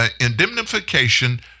Indemnification